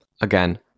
Again